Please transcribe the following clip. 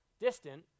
distant